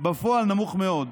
בפועל נמוך מאוד.